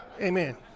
Amen